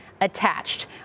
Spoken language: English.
attached